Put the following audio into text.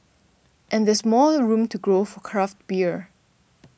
and there's more room to grow for craft beer